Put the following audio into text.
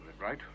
right